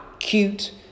Cute